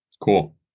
Cool